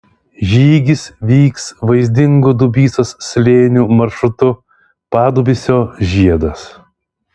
žygis vyks vaizdingu dubysos slėniu maršrutu padubysio žiedas